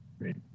Great